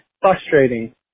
frustrating